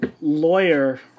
lawyer